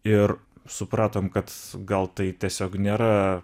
ir supratome kad gal tai tiesiog nėra